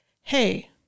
hey